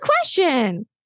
question